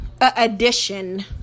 addition